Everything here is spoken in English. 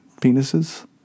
penises